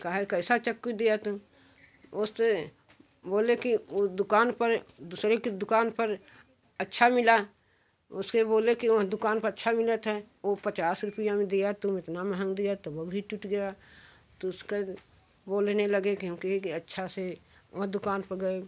काहे कैसा चक्कू दिया तुम बोले कि वो दुकान पर दूसरे की दुकान पर अच्छा मिला उसके बोले कि वो दुकान पर अच्छा मिलता है वो पचास रुपया में दिया तुम इतना महंगा दिया तो वो भी टूट गया तो उसका बोलने लगे की हम कहे की अच्छा से और दुकान पर गए